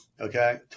okay